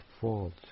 fault